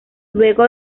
luego